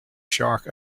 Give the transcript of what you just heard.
shark